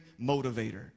motivator